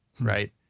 right